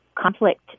conflict